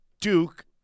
Duke